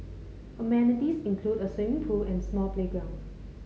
amenities include a swimming pool and small playground